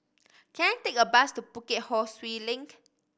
can I take a bus to Bukit Ho Swee Link